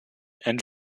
and